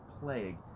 plague